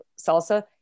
salsa